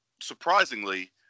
surprisingly